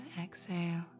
exhale